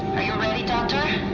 are you ready, doctor?